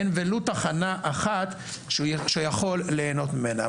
אין ולו תחנה אחת שהוא יכול ליהנות ממנה.